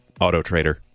AutoTrader